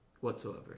whatsoever